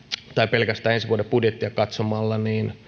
pelkästään ensi vuoden budjettia katsomalla